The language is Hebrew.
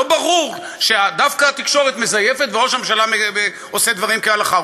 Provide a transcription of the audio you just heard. לא ברור שדווקא התקשורת מזייפת וראש הממשלה עושה דברים כהלכה,